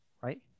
right